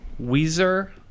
Weezer